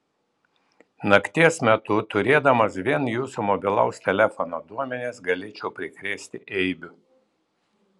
nakties metu turėdamas vien jūsų mobilaus telefono duomenis galėčiau prikrėsti eibių